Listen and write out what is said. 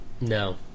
No